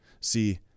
See